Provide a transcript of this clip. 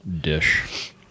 dish